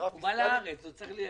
הוא בא לארץ, הוא צריך לקנות,